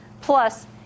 Plus